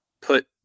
put